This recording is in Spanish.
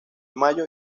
mayo